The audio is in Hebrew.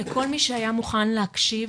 לכל מי שהיה מוכן להקשיב,